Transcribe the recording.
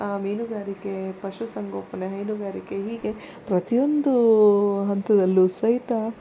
ಮೀನುಗಾರಿಕೆ ಪಶುಸಂಗೋಪನೆ ಹೈನುಗಾರಿಕೆ ಹೀಗೆ ಪ್ರತಿಯೊಂದೂ ಹಂತದಲ್ಲೂ ಸಹಿತ